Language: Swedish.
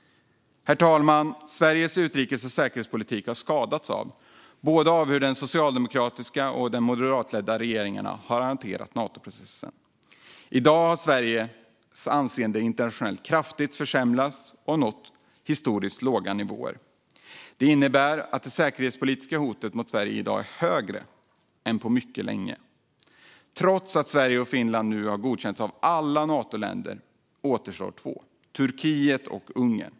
Herr talman! Svensk utrikes och säkerhetspolitik har skadats av hur både den socialdemokratiska och den moderatledda regeringen har hanterat Natoprocessen. I dag har Sveriges anseende internationellt kraftigt försämrats och nått en historiskt låg nivå. Det innebär att det säkerhetspolitiska hotet mot Sverige i dag är högre än på mycket länge. Trots att Sverige och Finland nu har godkänts av alla andra Natoländer återstår två, Turkiet och Ungern.